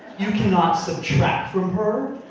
you cannot subtract from her.